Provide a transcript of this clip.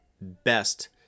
best